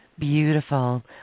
Beautiful